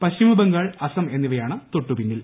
പശ്ചിമബംഗാൾ അസം എന്നിവയാണ് തൊട്ടുപിന്നിൽ